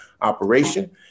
operation